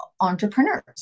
entrepreneurs